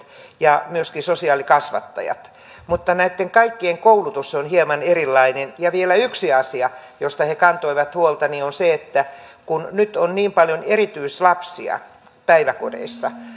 ja myöskin sosiaalikasvattajat mutta näitten kaikkien koulutus on hieman erilainen ja vielä yksi asia josta he he kantoivat huolta on se että kun nyt on niin paljon erityislapsia päiväkodeissa